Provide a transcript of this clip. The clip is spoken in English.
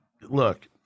look